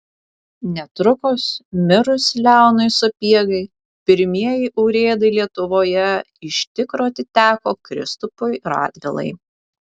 netrukus mirus leonui sapiegai pirmieji urėdai lietuvoje iš tikro atiteko kristupui radvilai